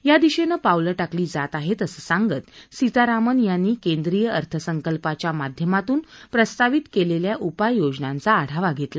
या दिशेनं पावलं टाकली जात आहेत असं सांगत सीतारामन यांनी केंद्रीय अर्थसंकल्पाच्या माध्यमातून प्रस्तावित केलेल्या उपायोजनांचा आढावा घेतला